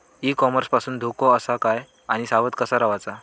E commerce पासून धोको आसा काय आणि सावध कसा रवाचा?